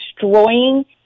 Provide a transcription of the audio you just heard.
destroying